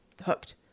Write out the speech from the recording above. hooked